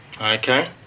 Okay